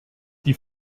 die